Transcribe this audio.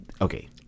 Okay